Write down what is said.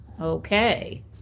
Okay